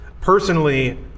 Personally